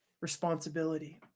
responsibility